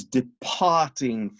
departing